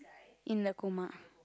in the coma